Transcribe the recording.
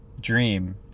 dream